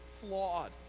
flawed